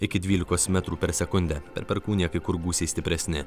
iki dvylikos metrų per sekundę per perkūniją kai kur gūsiai stipresni